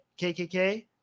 KKK